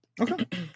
Okay